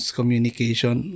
communication